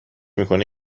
میکنه